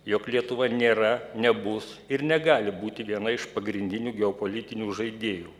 jog lietuva nėra nebus ir negali būti viena iš pagrindinių geopolitinių žaidėjų